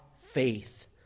faith